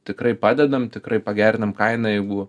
tikrai padedam tikrai pagerinam kainą jeigu